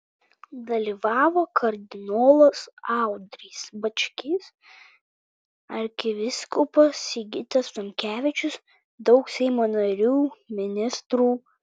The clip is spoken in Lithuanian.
dalyvavo kardinolas audrys bačkis arkivyskupas sigitas tamkevičius daug seimo narių ministrų